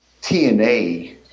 TNA